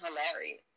hilarious